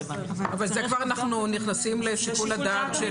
--- אבל זה כבר אנחנו נכנסים לשיקול הדעת.